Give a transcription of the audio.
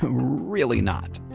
really not